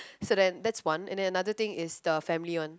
so then that one's and then another things is the family one